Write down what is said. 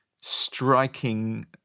striking